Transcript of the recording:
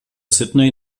sydney